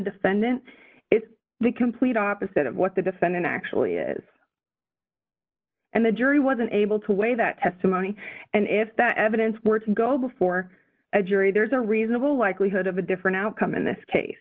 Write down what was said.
defendant is the complete opposite of what the defendant actually is and the jury was unable to weigh that testimony and if that evidence were to go before a jury there is a reasonable likelihood of a different outcome in this case